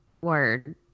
word